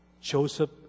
Joseph